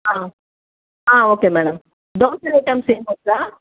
okay madam dosa items ఏం వద్దా